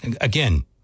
again